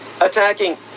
attacking